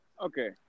Okay